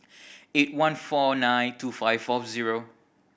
eight one four nine two five four zero